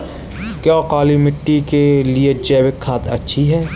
क्या काली मिट्टी के लिए जैविक खाद अच्छी है?